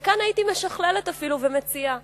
כאן הייתי משכללת אפילו, ומציעה